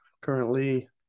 currently